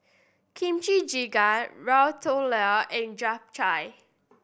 Kimchi Jjigae Ratatouille and Japchae